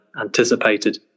anticipated